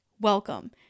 welcome